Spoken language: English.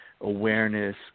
awareness